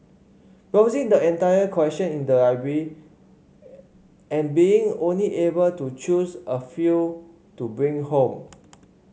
browsing the entire collection in the library and being only able to choose a few to bring home